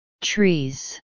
trees